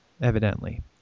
Evidently